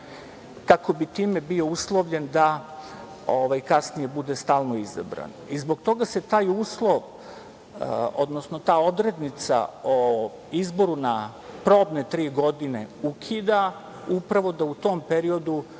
kako bi time bio uslovljen da kasnije bude stalno izabran. Zbog toga se taj uslov, odnosno ta odrednica o izboru na probne tri godine ukida, upravo da u tom periodu